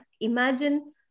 imagine